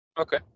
Okay